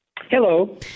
Hello